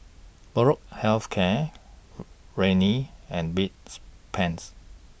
Molnylcke Health Care Rene and beds Pans